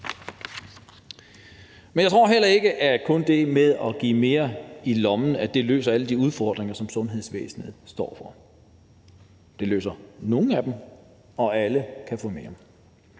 Men jeg tror heller ikke, at kun det med at give mere i lommen løser alle de udfordringer, som sundhedsvæsenet står over for. Det løser nogle af dem, og alle kan få mere.